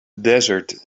desert